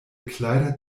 kleider